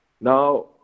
Now